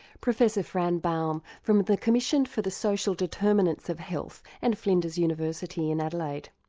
professor fran baum from the commission for the social determinants of health and flinders university in adelaide.